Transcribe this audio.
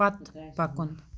پتہٕ پَکُن